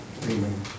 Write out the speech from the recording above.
Amen